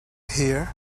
here